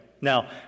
Now